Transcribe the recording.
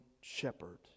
shepherd